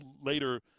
later